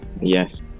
Yes